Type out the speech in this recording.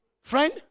Friend